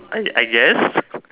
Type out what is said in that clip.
I I guess